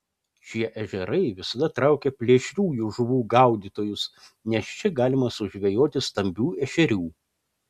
šie ežerai visada traukia plėšriųjų žuvų gaudytojus nes čia galima sužvejoti stambių ešerių